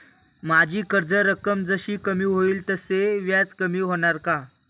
माझी कर्ज रक्कम जशी कमी होईल तसे व्याज कमी होणार का?